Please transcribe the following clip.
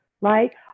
Right